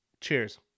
Cheers